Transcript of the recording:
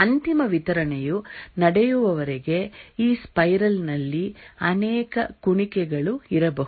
ಅಂತಿಮ ವಿತರಣೆಯು ನಡೆಯುವವರೆಗೆ ಈ ಸ್ಪೈರಲ್ ನಲ್ಲಿ ಅನೇಕ ಕುಣಿಕೆಗಳು ಇರಬಹುದು